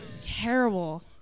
Terrible